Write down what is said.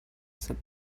said